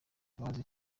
mbabazi